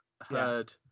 heard